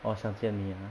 orh 想见你 ah